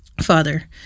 father